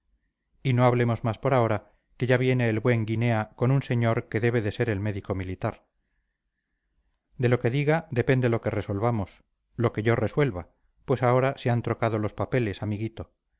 y no hablemos más por ahora que ya viene el buen guinea con un señor que debe de ser el médico militar de lo que diga depende lo que resolvamos lo que yo resuelva pues ahora se han trocado los papeles amiguito